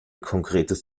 konkretes